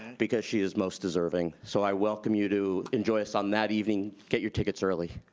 because she is most deserving. so, i welcome you to and join us um that evening. get your tickets early.